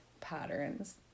patterns